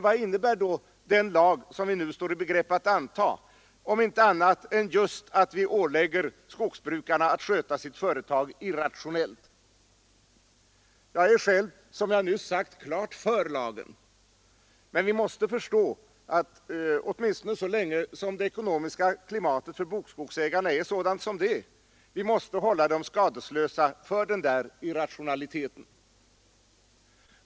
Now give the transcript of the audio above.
Vad innebär då den lag vi nu står i begrepp att anta annat än just att vi ålägger skogsbrukaren att sköta sitt företag irrationellt? Jag är själv, som jag nyss sagt, klart för lagen, men vi måste förstå att — åtminstone så länge som det ekonomiska klimatet för bokskogsägarna är som det är — de måste hållas skadeslösa för den där irrationaliteten.